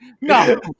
No